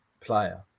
player